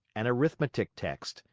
an arithmetic text,